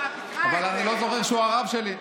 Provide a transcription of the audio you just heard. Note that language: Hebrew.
אבל אני לא זוכר שהוא הרב שלי,